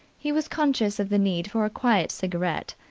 he was conscious of the need for a quiet cigarette.